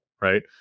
Right